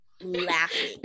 laughing